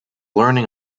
learning